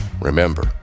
Remember